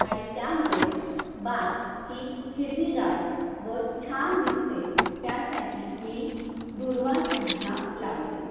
आणि त्यामुळे बाग ही हिरवीगार व छान दिसते त्यासाठी मी दुर्वाासुद्धा लावते